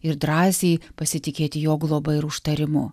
ir drąsiai pasitikėti jo globa ir užtarimu